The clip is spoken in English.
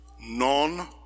non